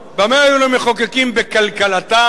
במה הועילו מחוקקים בקלקלתם?